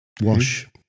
wash